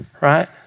right